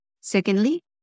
Secondly